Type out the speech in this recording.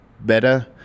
better